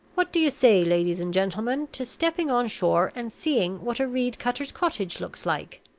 what do you say, ladies and gentlemen, to stepping on shore and seeing what a reed-cutter's cottage looks like?